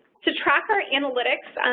to track our analytics,